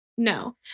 No